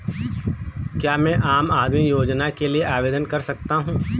क्या मैं आम आदमी योजना के लिए आवेदन कर सकता हूँ?